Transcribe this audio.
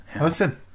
listen